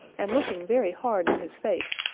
and looking very hard in his face,